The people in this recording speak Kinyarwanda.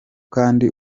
kandi